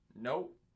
Nope